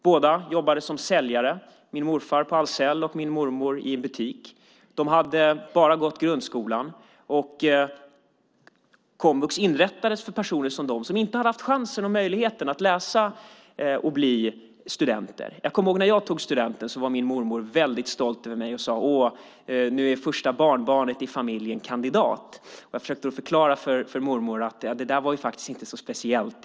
Båda jobbade som säljare, min morfar på Ahlsell och min mormor i en butik. De hade bara gått grundskolan. Komvux inrättades för personer som dem, som inte hade haft chansen och möjligheten att läsa och bli studenter. Jag kommer ihåg när jag tog studenten. Min mormor var väldigt stolt över mig och sade: Åh, nu är första barnbarnet i familjen kandidat. Jag försökte då förklara för mormor: Det är faktiskt inte så speciellt.